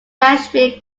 nashville